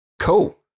cool